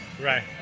right